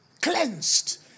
cleansed